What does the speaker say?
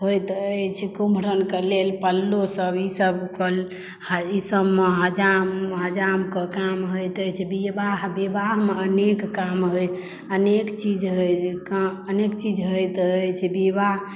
अछि कुमरम के लेल पल्लो सब ई सब ई सब मे हजाम हजाम के काम होइत अछि विवाह विवाह मे अनेक काम होइ अनेक चीज होइत अछि विवाह